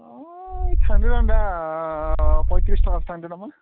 हौ थांदों दा फयथ्रिस थाखासो थांदों नामा